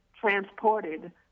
transported